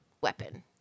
weapon